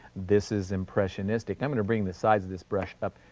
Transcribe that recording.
this is impressionistic. i'm going to bring the size of this brush up,